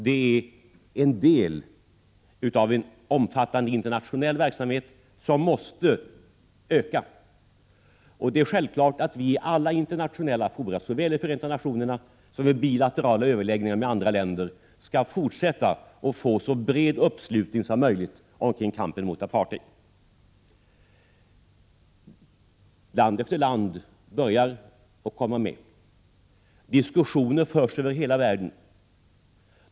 De är en del av en omfattande internationell verksamhet, som måste öka. Det är självklart att vi i alla internationella fora, såväl i Förenta nationerna som i bilaterala överläggningar med andra länder, skall fortsätta försöka få så bred uppslutning som möjligt kring kampen mot apartheid. Land efter land kommer med. Diskussioner förs över hela världen.